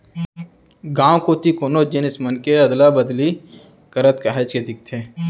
गाँव कोती कोनो जिनिस मन के अदला बदली करत काहेच के दिखथे